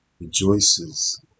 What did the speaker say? rejoices